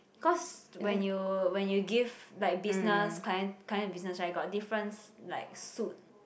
cause when you when you give like business client kind of business right got difference like suit